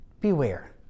beware